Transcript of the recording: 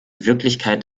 wirklichkeit